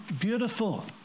beautiful